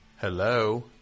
Hello